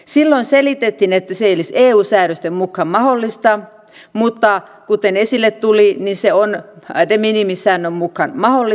silloin selitettiin että se ei olisi eu säädösten mukaan mahdollista mutta kuten esille tuli se on de minimis säännön mukaan mahdollista